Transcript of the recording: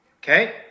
Okay